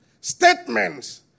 statements